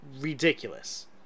ridiculous